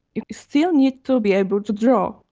you still need to be able to draw.